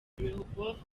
rehoboth